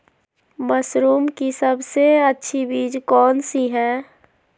Mushroom की सबसे अच्छी बीज कौन सी है?